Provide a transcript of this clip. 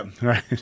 Right